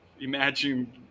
imagine